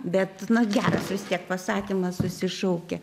bet na geras vis tiek pasakymas susišaukia